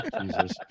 Jesus